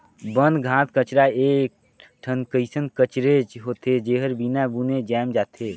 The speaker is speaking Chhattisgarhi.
बन, घास कचरा एक ठन कइसन कचरेच होथे, जेहर बिना बुने जायम जाथे